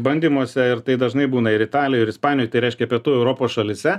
bandymuose ir tai dažnai būna ir italijoj ir ispanijoj tai reiškia pietų europos šalyse